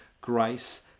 grace